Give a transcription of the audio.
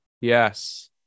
yes